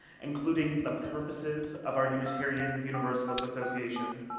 including the purposes of our unitarian universalist association,